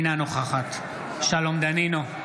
אינה נוכחת שלום דנינו,